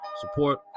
Support